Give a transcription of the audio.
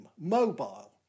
mobile